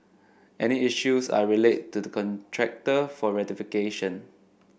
any issues are relayed to the contractor for rectification